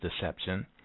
deception